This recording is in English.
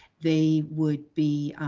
they would be,